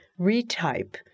retype